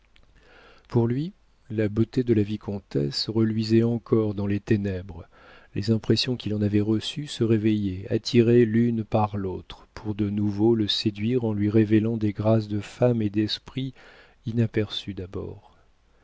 pour lui la beauté de la vicomtesse reluisait encore dans les ténèbres les impressions qu'il en avait reçues se réveillaient attirées l'une par l'autre pour de nouveau le séduire en lui révélant des grâces de femme et d'esprit inaperçues